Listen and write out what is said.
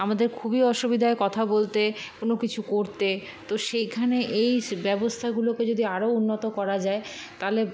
আমাদের খুবই অসুবিধা হয় কথা বলতে কোনো কিছু করতে তো সেইখানে এই ব্যবস্থাগুলোকে যদি আরো উন্নত করা যায় তাহলে